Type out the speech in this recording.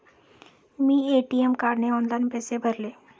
मी ATM कार्डने online पैसे भरले